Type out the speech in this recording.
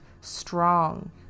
strong